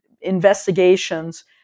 investigations